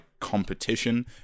competition